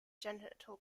genital